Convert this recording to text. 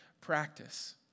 practice